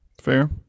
Fair